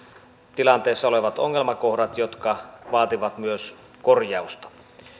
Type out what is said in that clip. tilanteessa olevat ongelmakohdat jotka vaativat myös korjausta